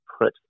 put